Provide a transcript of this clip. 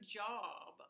job